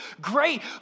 great